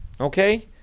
Okay